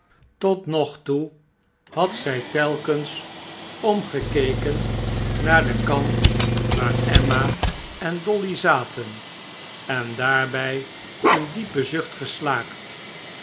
tot nog toe had zij telkens omgekeken naar den kant waar emma en dolly zaten en daarbij een diepen zucht geslaakt